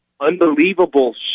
Unbelievable